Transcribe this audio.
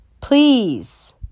please